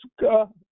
God